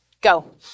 go